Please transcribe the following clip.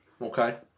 Okay